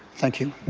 thank you.